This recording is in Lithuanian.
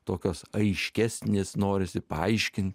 tokios aiškesnės norisi paaiškint